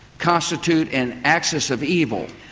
constitute an axis of evil.